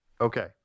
Okay